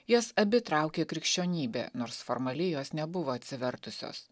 jas abi traukė krikščionybė nors formaliai jos nebuvo atsivertusios